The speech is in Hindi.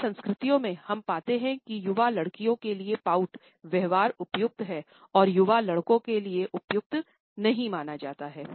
कई संस्कृतियों में हम पाते हैं कि युवा लड़कियों के लिए पॉउट व्यवहार उपयुक्त हैं और युवा लड़कों के लिए उपयुक्त नहीं माना जाता है